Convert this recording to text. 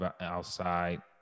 outside